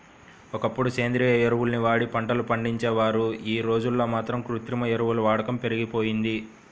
ఒకప్పుడు సేంద్రియ ఎరువుల్ని వాడి పంటలు పండించేవారు, యీ రోజుల్లో మాత్రం కృత్రిమ ఎరువుల వాడకం పెరిగిపోయింది